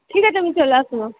ঠিক আছে আমি চলে আসবো